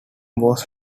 was